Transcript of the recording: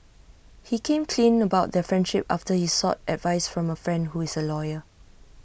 he came clean about their friendship after he sought advice from A friend who is A lawyer